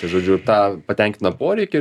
žodžiu tą patenkina poreikį ir